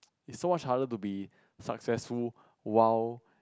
it's so much harder to be successful while